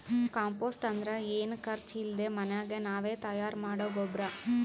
compost ಅಂದ್ರ ಏನು ಖರ್ಚ್ ಇಲ್ದೆ ಮನ್ಯಾಗೆ ನಾವೇ ತಯಾರ್ ಮಾಡೊ ಗೊಬ್ರ